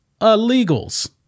illegals